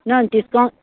ꯅꯪ ꯗꯤꯁꯀꯥꯎꯟ